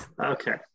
Okay